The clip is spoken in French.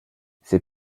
ces